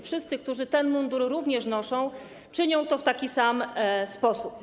Wszyscy, którzy ten mundur również noszą, czynią to w takim sam sposób.